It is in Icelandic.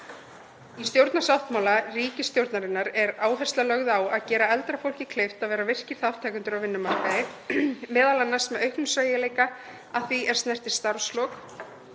Í stjórnarsáttmála ríkisstjórnarinnar er áhersla lögð á að gera eldra fólki kleift að vera virkir þátttakendur á vinnumarkaði, m.a. með auknum sveigjanleika að því er snertir starfslok